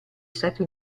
stati